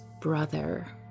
brother